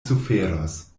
suferos